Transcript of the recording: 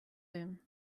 him